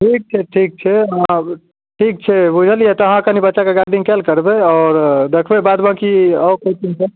ठीक छै ठीक छै हँ ठीक छै बुझलिए तऽ अहाँ कनी बच्चाके गार्डिङ्ग कएल करबै आओर देखबै बाद बाकी आओर कोनो टेन्शन